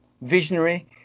visionary